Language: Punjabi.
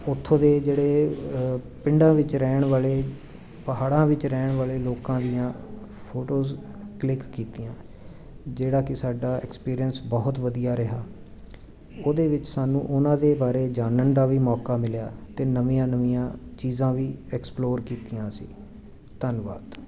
ਉੱਥੋਂ ਦੇ ਜਿਹੜੇ ਪਿੰਡਾਂ ਵਿੱਚ ਰਹਿਣ ਵਾਲੇ ਪਹਾੜਾਂ ਵਿੱਚ ਰਹਿਣ ਵਾਲੇ ਲੋਕਾਂ ਦੀਆਂ ਫੋਟੋਜ਼ ਕਲਿੱਕ ਕੀਤੀਆਂ ਜਿਹੜਾ ਕਿ ਸਾਡਾ ਐਕਸਪੀਰੀਅੰਸ ਬਹੁਤ ਵਧੀਆ ਰਿਹਾ ਉਹਦੇ ਵਿੱਚ ਸਾਨੂੰ ਉਹਨਾਂ ਦੇ ਬਾਰੇ ਜਾਣਣ ਦਾ ਵੀ ਮੌਕਾ ਮਿਲਿਆ ਅਤੇ ਨਵੀਆਂ ਨਵੀਆਂ ਚੀਜ਼ਾਂ ਵੀ ਐਕਸਪਲੋਰ ਕੀਤੀਆਂ ਅਸੀਂ ਧੰਨਵਾਦ